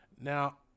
Now